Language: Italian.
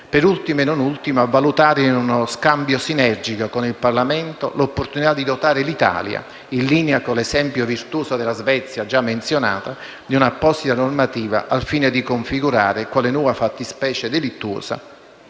per ultimo, ma non ultimo, a valutare in uno scambio sinergico con il Parlamento l'opportunità di dotare l'Italia, in linea con l'esempio virtuoso della Svezia (già menzionata), di un'apposita normativa, al fine di configurare quale nuova fattispecie delittuosa